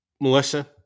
Melissa